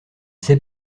sais